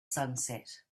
sunset